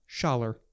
Schaller